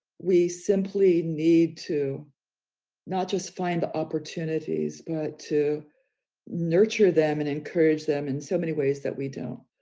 we simply need to not just find the opportunities, but to nurture them and encourage them in so many ways that we don't.